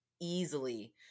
easily